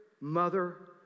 mother